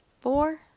four